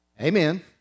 Amen